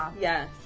Yes